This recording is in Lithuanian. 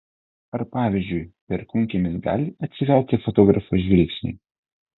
ar pavyzdžiui perkūnkiemis gali atsiverti fotografo žvilgsniui